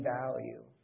value